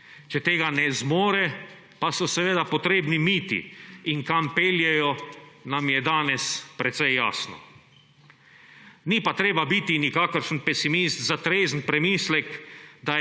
Če tega ne zmore, pa so seveda potrebni miti. In kam peljejo, nam je danes precej jasno. Ni pa treba biti nikakršen pesimist za trezen premislek,